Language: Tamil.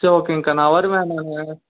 சரி ஓகேங்கா நான் வருவேன்